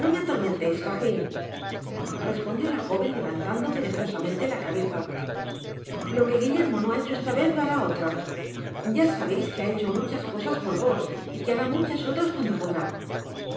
no me atormenteis fagin respondió la joven levantando perezosamente la cabeza lo que guillermo no ha hecho esta vez lo hará otra ya sabeis que ha hecho muchas cosas por vos y que hará muchas otras cuando podrá